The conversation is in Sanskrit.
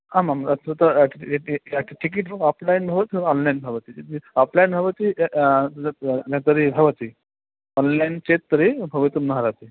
आमां वस्तुतः टिकिट् आफ़्लैन् भवतु आन्लैन् भवति यदि आप्लैन् भवति अन्य तर्हि भवति अन्लैन् चेत् तर्हि भवितुं नार्हति